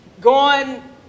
gone